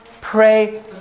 pray